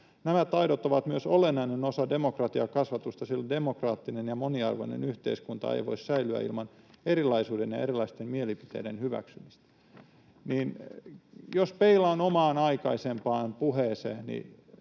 Nämä taidot ovat myös olennainen osa demokratiakasvatusta, sillä demokraattinen ja moniarvoinen yhteiskunta ei voi säilyä ilman erilaisuuden ja erilaisten mielipiteiden hyväksymistä. Jos peilaan omaan aikaisempaan puheeseeni